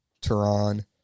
Tehran